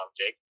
Jake